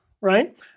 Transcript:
right